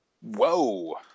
Whoa